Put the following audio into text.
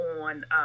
on